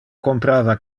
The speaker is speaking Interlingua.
comprava